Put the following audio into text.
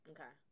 Okay